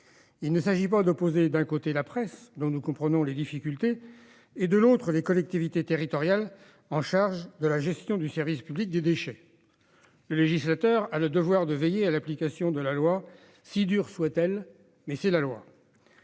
Il ne s'agit pas d'opposer, d'un côté, la presse, dont nous comprenons les difficultés, de l'autre, les collectivités territoriales chargées de la gestion du service public des déchets. Le législateur a le devoir de veiller à l'application de la loi, si dure soit-elle, mais c'est la loi